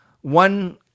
one